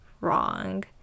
wrong